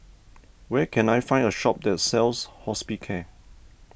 where can I find a shop that sells Hospicare